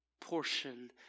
portion